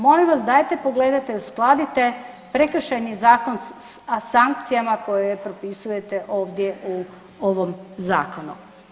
Molim vas dajte pogledajte i uskladite prekršajni zakon sa sankcijama koje propisujete ovdje u ovom zakonu.